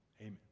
Amen